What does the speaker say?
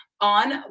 on